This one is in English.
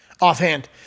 Offhand